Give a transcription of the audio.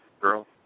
girl